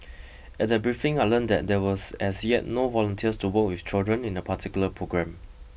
at that briefing I learnt that there was as yet no volunteers to work with children in a particular programme